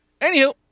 anywho